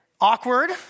Awkward